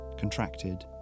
contracted